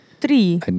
Three